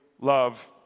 love